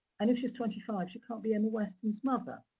and if she's twenty five, she can't be emma weston's mother.